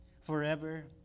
forever